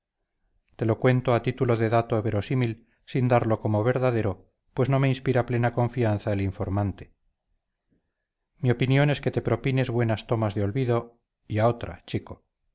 te lo cuento a título de dato verosímil sin darlo como verdadero pues no me inspira plena confianza el informante mi opinión es que te propines buenas tomas de olvido y a otra chico